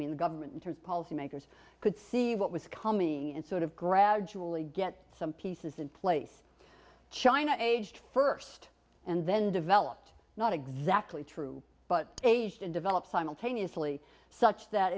mean the government and policymakers could see what was coming and sort of gradually get some pieces in place china aged first and then developed not exactly true but age to develop simultaneously such that